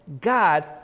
God